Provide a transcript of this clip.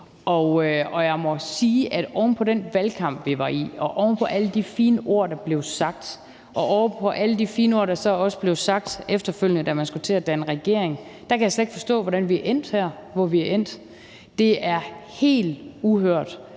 Og jeg må sige, at oven på den valgkamp, vi var i, oven på alle de fine ord, der blev sagt, og oven på alle de fine ord, der så også blev sagt efterfølgende, da man skulle til at danne regering, kan jeg slet ikke forstå, hvordan vi er endt, hvor vi er endt. Det er helt uhørt,